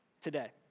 today